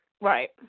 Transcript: Right